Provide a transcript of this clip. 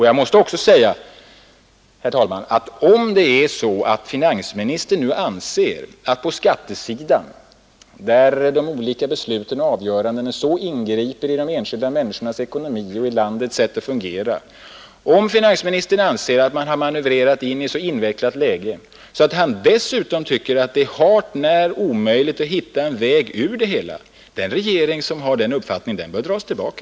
Jag måste dock säga, herr talman, att om regeringen har manövrerat landet in i ett så svårt läge på skattesidan, där de olika besluten och avgörandena så avgörande ingriper i de enskilda människornas ekonomi och i landets sätt att fungera, att finansministern tycker att det är omöjligt att finna någon väg ut, bör regeringen dra sig tillbaka.